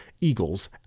Eagles